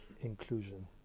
inclusion